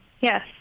yes